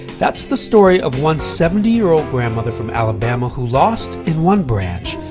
that's the story of one seventy year old grandmother from alabama who lost in one branch,